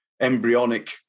embryonic